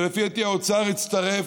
לפי דעתי האוצר יצטרף.